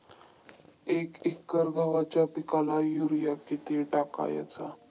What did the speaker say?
एक एकर गव्हाच्या पिकाला युरिया किती टाकायचा?